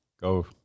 go